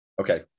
Okay